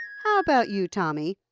how about you, tommy?